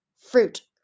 fruit